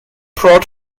brought